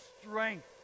strength